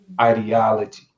ideology